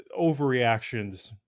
Overreactions